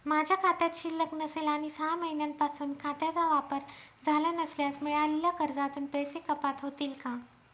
माझ्या खात्यात शिल्लक नसेल आणि सहा महिन्यांपासून खात्याचा वापर झाला नसल्यास मिळालेल्या कर्जातून पैसे कपात होतील का?